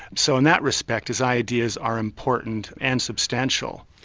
so in that respect his ideas are important and substantial.